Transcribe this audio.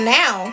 now